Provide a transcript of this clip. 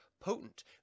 potent